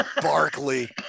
Barkley